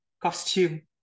costume